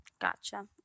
Gotcha